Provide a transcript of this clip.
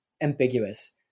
ambiguous